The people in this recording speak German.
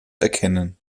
erkennen